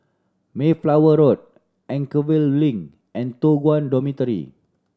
Mayflower Road Anchorvale Link and Toh Guan Dormitory